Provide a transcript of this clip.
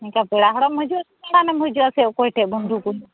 ᱱᱚᱝᱠᱟ ᱯᱮᱲᱟ ᱦᱚᱲᱚᱜ ᱮᱢ ᱦᱤᱡᱩᱜᱼᱟ ᱥᱮ ᱫᱟᱲᱟᱱ ᱮᱢ ᱦᱤᱡᱩᱜᱼᱟ ᱥᱮ ᱚᱠᱚᱭ ᱴᱷᱮᱱ ᱵᱩᱱᱫᱷᱩ ᱠᱚ